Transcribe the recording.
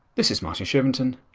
this is martin shervington.